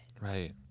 right